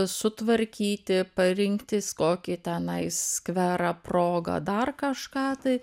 sutvarkyti parinktis kokį tenais skverą progą dar kažką tai